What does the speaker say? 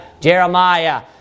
Jeremiah